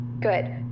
Good